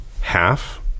half